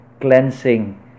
cleansing